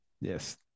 Yes